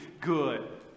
good